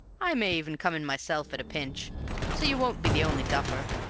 i may even come in myself at a pinch so you won't be the only duffer,